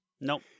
nope